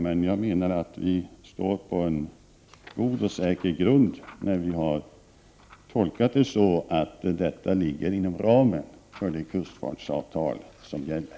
Men jag menar att regeringen står på en god och säker grund när den har gjort tolkningen att detta beslut ligger inom ramen för det kustfartsavtal som gäller.